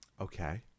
okay